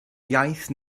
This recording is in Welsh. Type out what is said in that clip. iaith